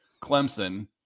clemson